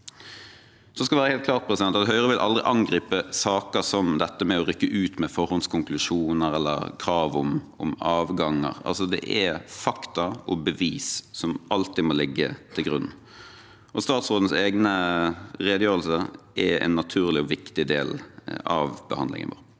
Høyre aldri vil angripe saker som dette med å rykke ut med forhåndskonklusjoner eller krav om avganger. Det er fakta og bevis som alltid må ligge til grunn. Statsrådens egen redegjørelse er en naturlig og viktig del av behandlingen vår.